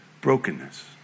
brokenness